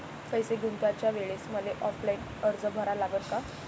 पैसे गुंतवाच्या वेळेसं मले ऑफलाईन अर्ज भरा लागन का?